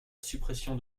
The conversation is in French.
suppression